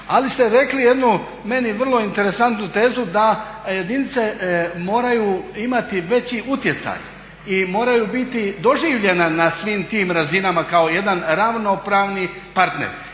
Ali ste rekli jednu meni vrlo interesantnu tezu da jedinice moraju imati veći utjecaj i moraju biti doživljena na svim tim razinama kao jedan ravnopravni partner